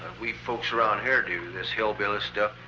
we folks around here do, this hillbilly stuff.